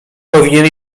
powinien